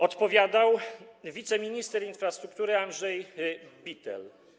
Odpowiadał wiceminister infrastruktury Andrzej Bittel.